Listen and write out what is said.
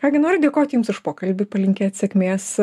ką gi noriu dėkot jums už pokalbį palinkėt sėkmės